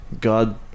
God